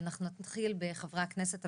אנחנו נתחיל בחברי הכנסת המציעים,